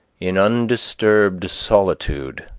in undisturbed solitude